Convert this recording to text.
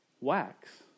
wax